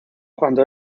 cuando